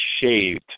shaved